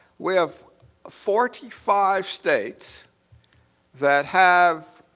we have forty five states that have